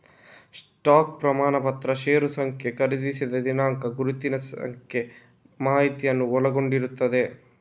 stock ಪ್ರಮಾಣಪತ್ರ share ಸಂಖ್ಯೆ, ಖರೀದಿಸಿದ ದಿನಾಂಕ, ಗುರುತಿನ ಸಂಖ್ಯೆ ಮಾಹಿತಿಯನ್ನ ಒಳಗೊಂಡಿರ್ತದೆ